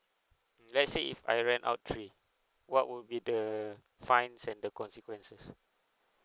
let's say if I rent out three what would be the fine and the consequences